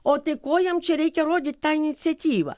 o tai ko jam čia reikia rodyt tą iniciatyvą